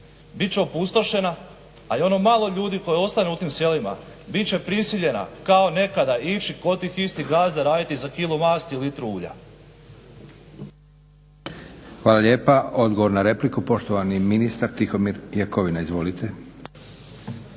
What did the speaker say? Bit će opustošena, a i ono malo ljude koji ostanu u tim selima bit će prisiljena kao nekada ići kod tih istih gazda raditi za kilu masti i litru ulja.